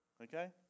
Okay